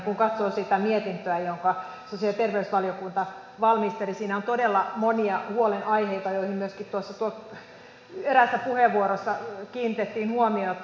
kun katsoo sitä mietintöä jonka sosiaali ja terveysvaliokunta valmisteli niin siinä on todella monia huolenaiheita joihin myöskin tuossa eräässä puheenvuorossa kiinnitettiin huomiota